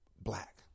black